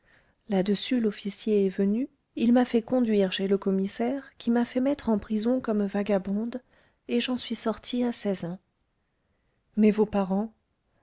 là-dessus l'officier est venu il m'a fait conduire chez le commissaire qui m'a fait mettre en prison comme vagabonde et j'en suis sortie à seize ans mais vos parents